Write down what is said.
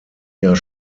jahr